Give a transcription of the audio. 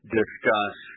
discuss